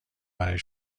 برای